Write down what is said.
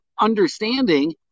understanding